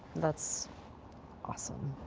that's awesome.